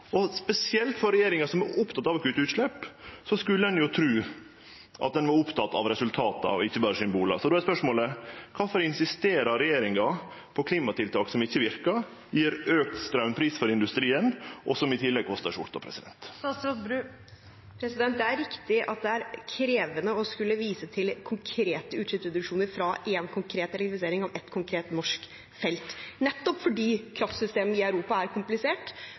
Spesielt regjeringa, som er oppteken av å kutte utslepp, skulle ein tru var oppteken av resultat, ikkje berre symbol. Då er spørsmålet: Kvifor insisterer regjeringa på klimatiltak som ikkje verkar, som gjev auka straumpris for industrien, og som i tillegg kostar skjorta? Det er riktig at det er krevende å skulle vise til konkrete utslippsreduksjoner fra én konkret elektrifisering av ett konkret norsk felt, nettopp fordi kraftsystemet i Europa er komplisert,